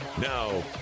Now